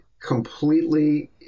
completely